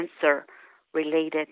cancer-related